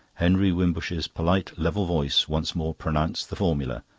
henry wimbush's polite level voice once more pronounced the formula.